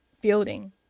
building